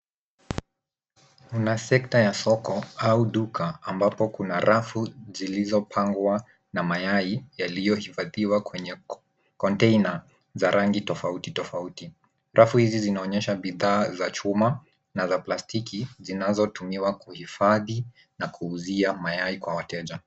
Kuna sekta ya soko au duka ambapo kuna rafu zilizopangwa na mayai yaliyohifadhiwa kwenye kontena za rangi tofauti tofauti. Rafu hizi zinaonyesha bidhaa za chuma na za plastiki zinazotumiwa kuhifadhi na kuuzia mayai kwa wateja.